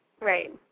Right